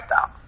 out